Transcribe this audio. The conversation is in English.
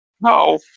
No